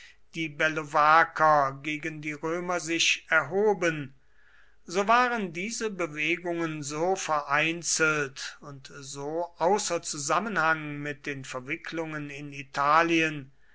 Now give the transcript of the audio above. die bellovaker gegen die römer sich erhoben so waren diese bewegungen so vereinzelt und so außer zusammenhang mit den verwicklungen in italien